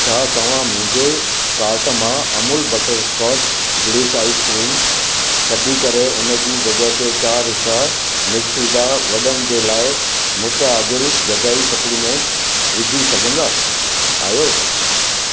छा तव्हां मुंहिंजे कार्ट मां अमूल बटरस्कॉच ब्लिस आइसक्रीम कढी करे उन जी जॻहि ते चार हिसा मैक्सविडा वड॒नि जे लाइ मुतआदिलु गजाई सप्लीमेंट विझी सघंदा आहियो